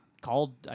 called